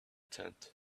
tent